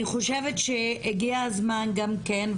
אני חושבת שהגיע הזמן גם כן,